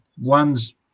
one's